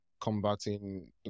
combating